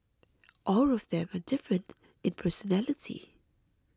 all of them are different in personality